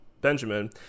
Benjamin